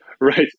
Right